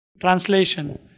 Translation